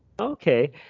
Okay